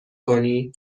کنی